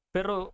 Pero